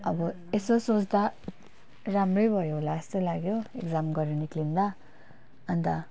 अब यसो सोच्दा राम्रै भयो होला जस्तो लाग्यो एक्जाम गरेर निक्लिँदा अन्त